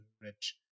rich